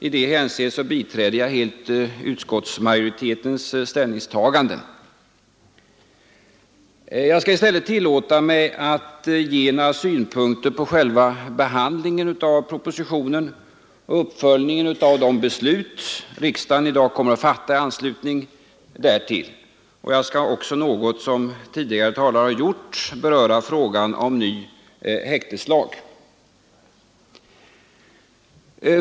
I det hänseendet biträder jag helt utskottsmajoritetens Jag skall i stället tillåta mig att ge några synpunkter på själva behandlingen av propositionen och uppföljningen av de beslut riksdagen i dag kommer att fatta i anslutning därtill. Jag skall också, liksom tidigare talare har gjort, beröra frågan om ny häkteslag.